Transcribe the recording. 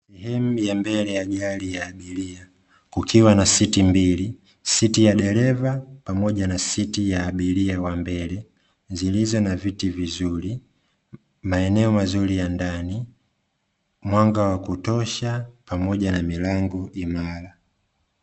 Sehemu ya mbele ya gari ya abiria kukiwa na siti mbili, siti ya dereva pamoja na siti ya abiria wa mbele zilizo na viti vizuri, maeneo mazuri ya ndani, mwanga wa kutosha pamoja na milango imara.